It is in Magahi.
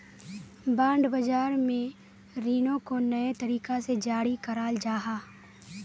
बांड बाज़ार में रीनो को नए तरीका से जारी कराल जाहा